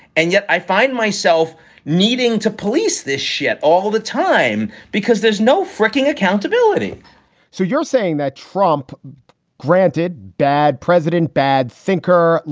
and yet i find myself needing to police this shit all the time because there's no fricking accountability so you're saying that trump granted a bad president, bad thinker,